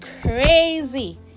crazy